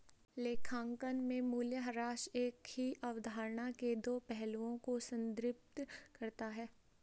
लेखांकन में मूल्यह्रास एक ही अवधारणा के दो पहलुओं को संदर्भित करता है